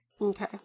Okay